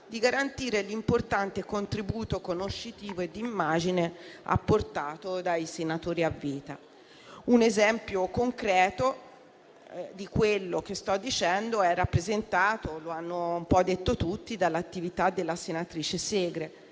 di garantire l'importante contributo conoscitivo e di immagine apportato dai senatori a vita. Un esempio concreto di quello che sto dicendo è rappresentato - lo hanno un po' detto tutti - dall'attività della senatrice Segre,